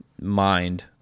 mind